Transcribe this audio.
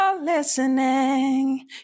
listening